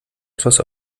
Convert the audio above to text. etwas